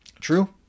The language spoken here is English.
True